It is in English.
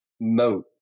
moat